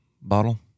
bottle